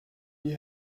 die